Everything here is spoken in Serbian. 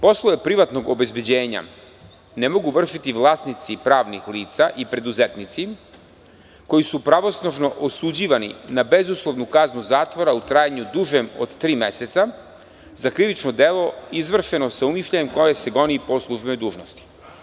Poslove privatnog privatnog obezbeđenja ne mogu vršiti vlasnici pravnih lica i preduzetnici koji su pravosnažno osuđivani na bezuslovnu kaznu zatvora u trajanju dužem od tri meseca za krivično delo izvršeno sa umišljajem, koje se goni po službenoj dužnosti.